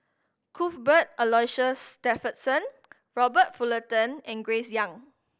Cuthbert Aloysius Shepherdson Robert Fullerton and Grace Young